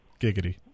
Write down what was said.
Giggity